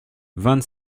vingt